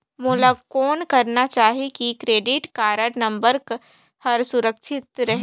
मोला कौन करना चाही की क्रेडिट कारड नम्बर हर सुरक्षित रहे?